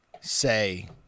say